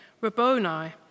Rabboni